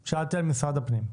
לא, שאלתי על משרד הפנים.